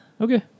Okay